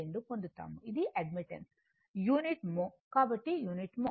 12 పొందుతాము ఇది admittance unit mho కాబట్టి యూనిట్ మో